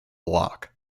lock